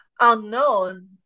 unknown